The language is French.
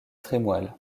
trémoille